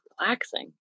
relaxing